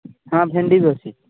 ହଁ ଭେଣ୍ଡି ବି ଅଛି